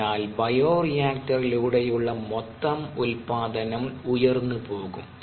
അതിനാൽ ബയോറിയാക്റ്ററിലൂടെയുള്ള മൊത്തം ഉൽപ്പാദനം ഉയർന്ന് പോകും